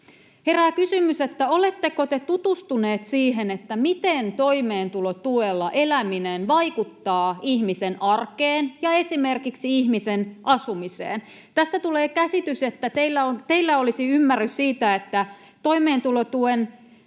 Herää kysymys, oletteko te tutustuneet siihen, miten toimeentulotuella eläminen vaikuttaa ihmisen arkeen ja esimerkiksi ihmisen asumiseen. Tästä tulee käsitys, että teillä olisi ymmärrys siitä, että toimeentulotuki